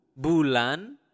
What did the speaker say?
bulan